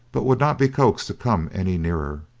but would not be coaxed to come any nearer.